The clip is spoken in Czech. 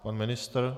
Pan ministr?